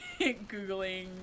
googling